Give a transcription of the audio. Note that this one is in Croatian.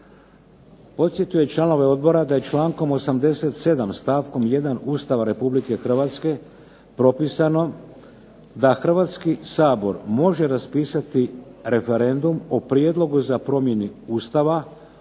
Podsjetio je članove odbora da je člankom 87. stavkom 1. Ustava Republike Hrvatske propisano da Hrvatski sabor može raspisati referendum o prijedlogu za promjenu Ustava,